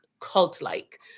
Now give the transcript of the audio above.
cult-like